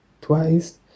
twice